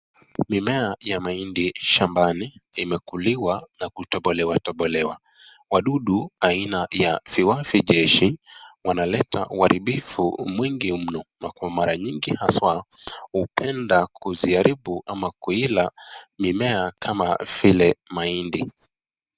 Mimea ya mahindi shambani, imekuliwa na kutobolewa. Wadudu aina fiwa vijeshi, wanaleta uharibifu mwingi mno. Na kwa mara nyingi haswa, hupenda kuziaribu, ama kuila mimea kama vile mahindi.